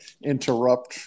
interrupt